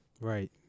right